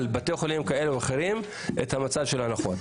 בתי חולים כאלה או אחרים את המצב של ההנחות.